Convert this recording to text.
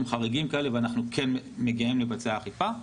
חריגים כאלה ואנחנו מגיעים לבצע אכיפה.